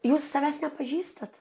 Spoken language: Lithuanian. jūs savęs nepažįstat